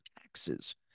taxes